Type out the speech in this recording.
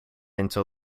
until